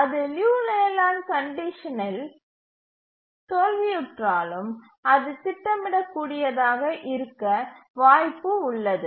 ஆனால் அது Liu Layland கண்டிஷனில் தோல்வியுற்றாலும் அது திட்டமிடக்கூடியதாக இருக்க வாய்ப்பு உள்ளது